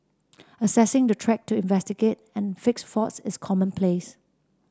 accessing the track to investigate and fix faults is commonplace